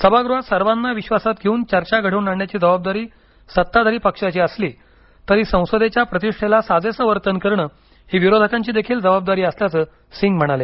सभागृहात सर्वांना विश्वासात घेऊन चर्चा घडवून आणण्याची जबाबदारी सत्ताधारी पक्षाची असली तरी संसदेच्या प्रतिष्ठेला साजेसं वर्तन करण ही विरोधकांची देखील जबाबदारी असल्याचं सिंह म्हणाले